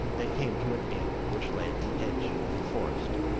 they came to an inn which lay at the edge of a forest.